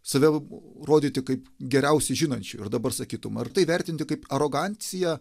save rodyti kaip geriausiai žinančiu ir dabar sakytum ar tai vertinti kaip aroganciją